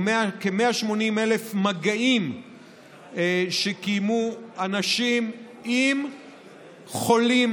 או כ-180,000 מגעים שקיימו אנשים עם חולים,